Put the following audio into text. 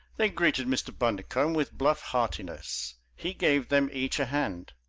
they greeted mr. bundercombe with bluff heartiness. he gave them each a hand.